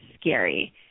scary